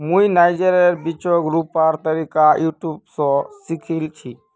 मुई नाइजरेर बीजक रोपवार तरीका यूट्यूब स सीखिल छि